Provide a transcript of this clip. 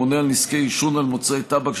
תמונה של נזקי עישון על מוצרי טבק),